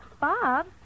Bob